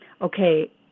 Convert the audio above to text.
Okay